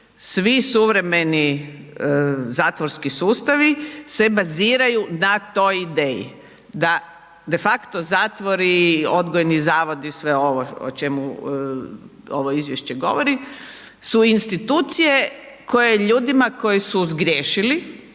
svi suvremeni zatvorski sustavi se baziraju na toj ideji. Da de facto zatvori, odgojni zavodi, sve ovo o čemu ovo izvješće govori, su institucije koje ljudima koji su zgriješili